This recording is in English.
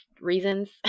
reasons